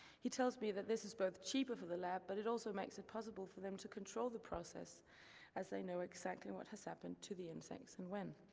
he tells me that this is both cheaper for the lab but it also makes it possible for them to control the process as they know exactly what has happened to the insects and when.